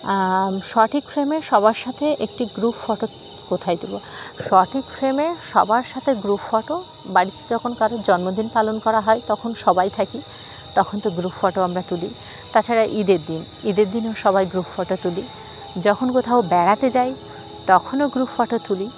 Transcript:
সঠিক ফ্রেমে সবার সাথে একটি গ্রুপ ফটো কোথায় তুলবো সঠিক ফ্রেমে সবার সাথে গ্রুপ ফটো বাড়িতে যখন কারোর জন্মদিন পালন করা হয় তখন সবাই থাকি তখন তো গ্রুপ ফটো আমরা তুলি তাছাড়া ঈদের দিন ঈদের দিনেও সবাই গ্রুপ ফটো তুলি যখন কোথাও বেড়াতে যাই তখনও গ্রুপ ফটো তুলি